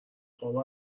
خوابو